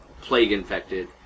plague-infected